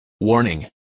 Warning